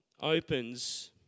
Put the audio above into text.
opens